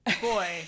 boy